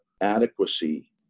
adequacy